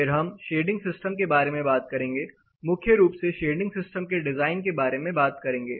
फिर हम shading system के बारे में बात करेंगे मुख्य रूप से शेडिंग सिस्टम के डिजाइन के बारे में बात करेंगे